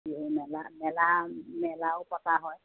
বিহু মেলা মেলা মেলাও পতা হয়